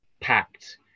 packed